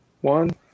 One